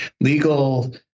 legal